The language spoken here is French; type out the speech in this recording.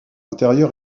intérieur